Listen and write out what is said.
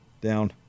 down